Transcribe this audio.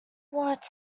what